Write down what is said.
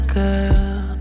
girl